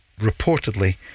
reportedly